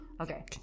Okay